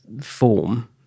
form